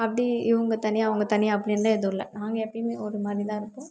அப்படி இவங்க தனியாக அவங்க தனியாக அப்படின்லாம் எதுவும் இல்லை நாங்கள் எப்பயுமே ஒருமாதிரிதான் இருப்போம்